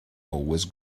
always